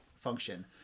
function